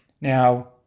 Now